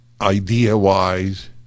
idea-wise